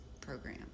program